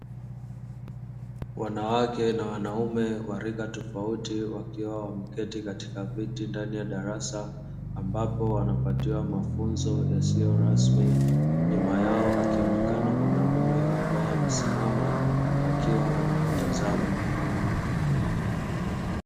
Wanawake na wanaume wa rika tofauti wakiwa wamekaa katika viti ndani ya darasa ambapo wanapatiwa mavunzo yasiyo rasmi. Nyuma yao akiwa mwanaume amesimama akiwa anawatazama.